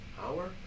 Hour